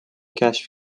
کشف